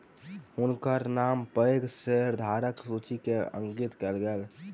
हुनकर नाम पैघ शेयरधारकक सूचि में अंकित कयल गेल